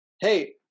hey